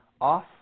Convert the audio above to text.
off